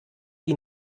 die